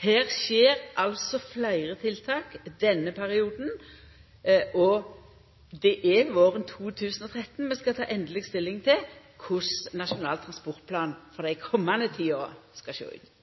her skjer det fleire tiltak i denne perioden, og det er våren 2013 vi skal ta endeleg stilling til korleis Nasjonal transportplan for dei komande ti åra skal sjå ut.